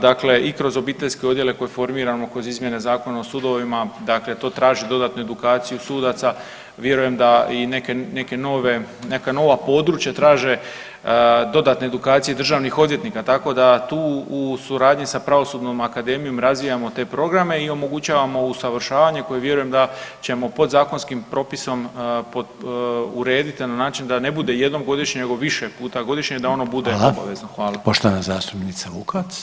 Dakle i kroz obiteljske odjele koje formiramo kroz izmjene Zakona o sudovima, dakle to traži dodatnu edukaciju sudaca, vjerujem da i neke nove, neka nova područja traže dodatne edukacije državnih odvjetnika, tako da tu u suradnji sa Pravosudnom akademijom razvijamo te programe i omogućavamo usavršavanje koje vjerujem da ćemo podzakonskim propisom urediti na način da ne bude jednom godišnje nego više puta godišnje i da ono bude obavezno.